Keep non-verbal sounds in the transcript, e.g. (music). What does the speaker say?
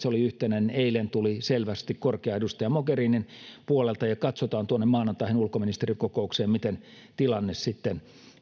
(unintelligible) se oli yhtenäinen tuli eilen selvästi korkean edustajan mogherinin puolelta katsotaan maanantain ulkoministerikokouksessa miten tilanne sitten